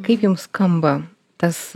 kaip jum skamba tas